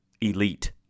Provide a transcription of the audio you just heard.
elite